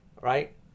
Right